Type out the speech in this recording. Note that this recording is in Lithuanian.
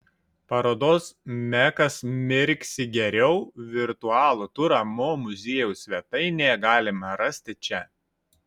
parodos mekas mirksi geriau virtualų turą mo muziejaus svetainėje galima rasti čia